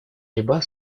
борьба